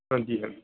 ਹਾਂਜੀ ਹੈਲਪ